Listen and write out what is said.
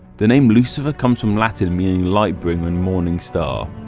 the name lucifer comes from latin meaning light bringer and morning star.